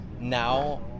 now